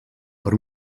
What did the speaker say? per